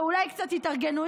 אולי קצת התארגנויות,